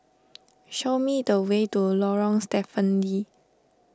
show me the way to Lorong Stephen Lee